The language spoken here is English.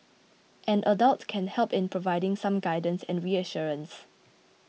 an adult can help in providing some guidance and reassurance